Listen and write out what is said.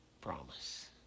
promise